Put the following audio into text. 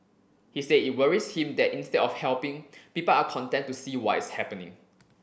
he said it worries him that instead of helping people are content to see what is happening